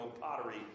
pottery